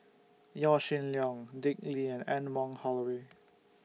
Yaw Shin Leong Dick Lee and Anne Wong Holloway